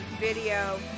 video